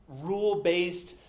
rule-based